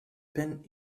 pin